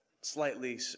slightly